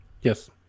Yes